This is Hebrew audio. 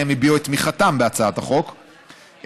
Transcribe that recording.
והם הביעו את תמיכתם בהצעת החוק והצטרפו,